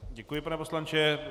Děkuji, pane poslanče.